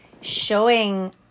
showing